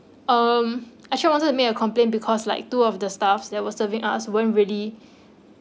um actually I wanted to make a complaint because like two of the staff that were serving us weren't really